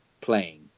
playing